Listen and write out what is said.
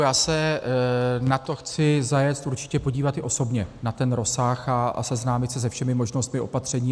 Já se na to chci zajet určitě podívat i osobně, na ten rozsah, a seznámit se se všemi možnostmi opatření.